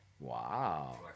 Wow